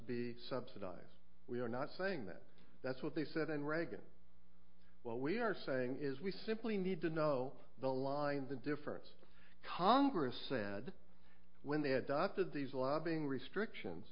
be subsidised we are not saying that that's what they said and reagan what we are saying is we simply need to know the line the difference congress sad when they had doctored these lobbying restrictions